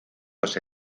los